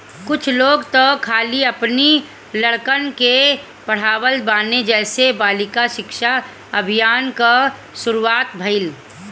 कुछ लोग तअ खाली अपनी लड़कन के पढ़ावत बाने जेसे बालिका शिक्षा अभियान कअ शुरुआत भईल